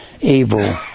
evil